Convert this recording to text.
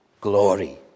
glory